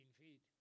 feet